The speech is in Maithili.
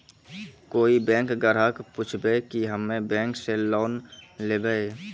कोई बैंक ग्राहक पुछेब की हम्मे बैंक से लोन लेबऽ?